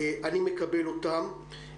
אני מקבל אותן,